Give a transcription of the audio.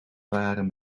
varen